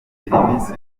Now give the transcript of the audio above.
iki